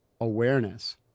awareness